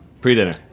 pre-dinner